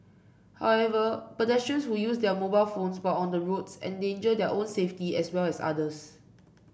however pedestrians who use their mobile phones while on the roads endanger their own safety as well as others